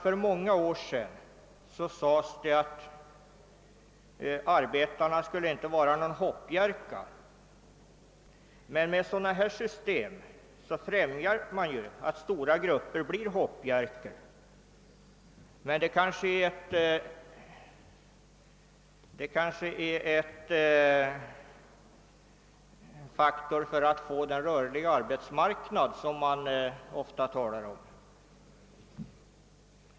För en del år sedan framhölls att arbetaren inte bör vara någon hoppjerka, men sådana här system bidrar till att många blir det; det hela får kanske betraktas som ett led i strävandena att förverkliga den rörliga arbetsmarknad som det så ofta talas om.